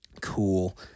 Cool